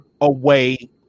away